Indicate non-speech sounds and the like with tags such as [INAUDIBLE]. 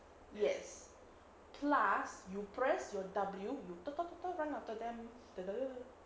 yes plus you press your W [NOISE] run after them [NOISE]